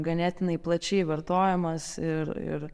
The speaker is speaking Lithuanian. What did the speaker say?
ganėtinai plačiai vartojamas ir ir